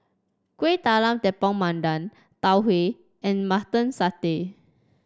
Kueh Talam Tepong Pandan Tau Huay and Mutton Satay